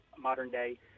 modern-day